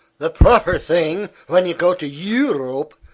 the proper thing, when you go to eu-rope,